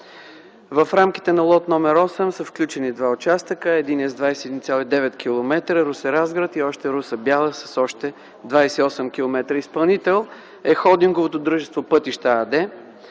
В рамките на лот 8 са включени два участъка. Единият е с 21,9 км Русе-Разград и още Русе-Бяла с още 28 км. Изпълнител е холдинговото дружество „Пътища” АД.